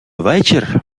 вечір